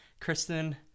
Kristen